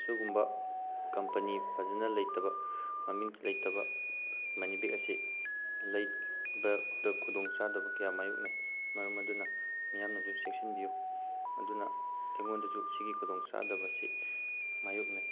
ꯑꯁꯤꯒꯨꯝꯕ ꯀꯝꯄꯦꯅꯤ ꯐꯖꯟꯅ ꯂꯩꯇꯕ ꯃꯃꯤꯡ ꯂꯩꯇꯕ ꯃꯅꯤ ꯕꯦꯒ ꯑꯁꯤ ꯂꯩꯕꯗ ꯈꯨꯗꯣꯡ ꯆꯥꯗꯕ ꯀꯌꯥ ꯃꯥꯏꯌꯣꯛꯅꯩ ꯃꯔꯝ ꯑꯗꯨꯅ ꯃꯤꯌꯥꯝꯅꯁꯨ ꯁꯦꯛꯁꯤꯟꯕꯤꯌꯨ ꯑꯗꯨꯅ ꯑꯩꯉꯣꯟꯗꯁꯨ ꯁꯤꯒꯤ ꯈꯨꯗꯣꯡ ꯆꯥꯗꯕꯁꯤ ꯃꯥꯏꯌꯣꯛꯅꯩ